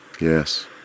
yes